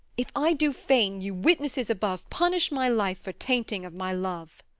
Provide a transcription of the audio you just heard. if i do feign, you witnesses above, punish my life for tainting of my love!